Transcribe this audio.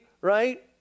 right